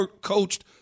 coached